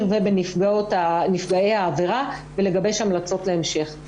ובנפגעי העבירה ולגבש המלצות להמשך.